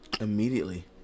Immediately